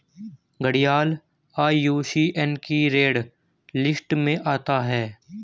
घड़ियाल आई.यू.सी.एन की red list में आता है